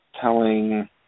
Telling